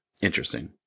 interesting